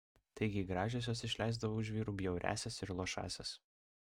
taigi gražiosios išleisdavo už vyrų bjauriąsias ir luošąsias